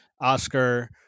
Oscar